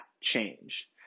change